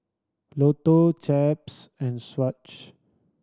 Lotto Chaps and Swatch